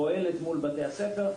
פועלת מול בתי הספר.